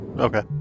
Okay